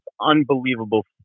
unbelievable